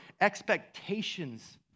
expectations